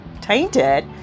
tainted